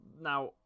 Now